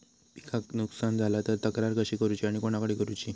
पिकाचा नुकसान झाला तर तक्रार कशी करूची आणि कोणाकडे करुची?